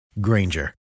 Granger